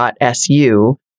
.su